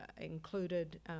included